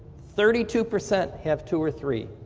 thirty two percent have two or three.